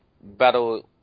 battle